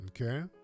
Okay